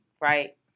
Right